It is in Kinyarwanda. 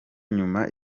nyuma